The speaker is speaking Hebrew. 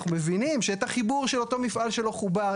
אנחנו מבינים שאת החיבור של אותו מפעל שלא חובר,